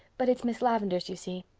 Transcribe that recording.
but it's miss lavendar's, you see.